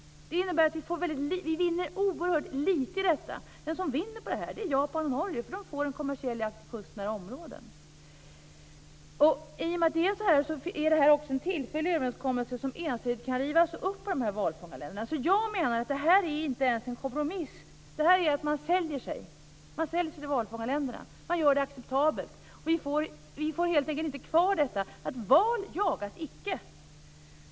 Det innebär att vi vinner oerhört lite på detta. De som vinner på detta är Japan och Norge, för de får en kommersiell jakt i kustnära områden. I och med att det är så här är detta också en tillfällig överenskommelse som ensidigt kan rivas upp av valfångarländerna. Jag menar att det här inte ens är en kompromiss, utan detta är att sälja sig till valfångarländerna. Man gör detta acceptabelt. Vi får helt enkelt inte kvar detta med att val jagas icke.